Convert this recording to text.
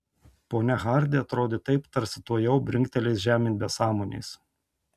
ponia hardi atrodė taip tarsi tuojau brinktelės žemėn be sąmonės